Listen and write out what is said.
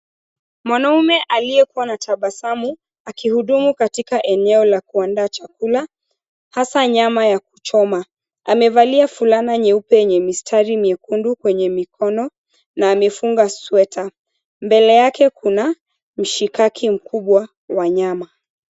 Mwanaume aliyekuwa na tabasamu akihudumu katika eneo la kuandaa chakula, hasa nyama ya kuchoma, amevalia fulana nyeupe yenye mistari miekundu kwenye mikono, na amefunga sweta. Mbele yake kuna mshikaki mkubwa wa nyama.